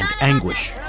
anguish